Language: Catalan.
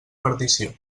perdició